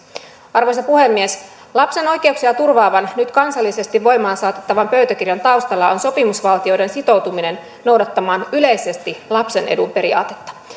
arvoisa puhemies lapsen oikeuksia turvaavan nyt kansallisesti voimaan saatettavan pöytäkirjan taustalla on sopimusvaltioiden sitoutuminen noudattamaan yleisesti lapsen edun periaatetta